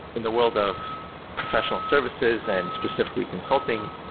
in the world of professional services and specifically consulting,